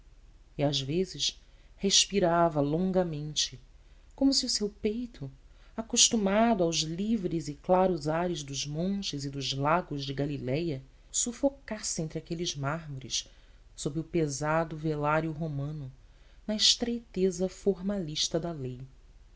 e às vezes respirava longamente como se o seu peito acostumado aos livres e claros ares dos montes e dos lagos de galiléia sufocasse entre aqueles mármores sob o pesado velório romano na estreiteza formalista da lei